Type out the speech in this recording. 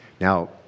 Now